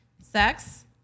Sex